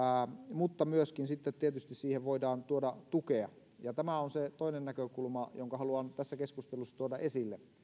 mutta myöskin sitten tietysti siihen voidaan tuoda tukea ja tämä on se toinen näkökulma jonka haluan tässä keskustelussa tuoda esille